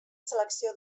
selecció